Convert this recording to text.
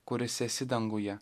kuris esi danguje